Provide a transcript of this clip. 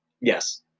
Yes